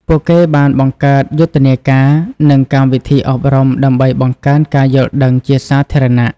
ពួកគេបានបង្កើតយុទ្ធនាការ និងកម្មវិធីអប់រំដើម្បីបង្កើនការយល់ដឹងជាសាធារណៈ។